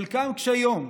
חלקם קשי יום,